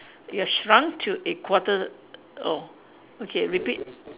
ya shrunk to a quarter oh okay repeat